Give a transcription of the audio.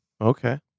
okay